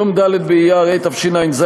יום ד' באייר התשע"ז,